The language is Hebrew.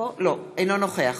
אינו נוכח